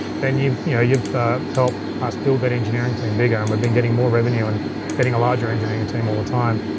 then you've yeah you've helped us built that engineering team bigger, and we've been getting more revenue and getting a larger engineering team all the time.